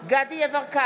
דסטה גדי יברקן,